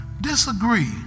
Disagree